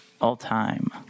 All-time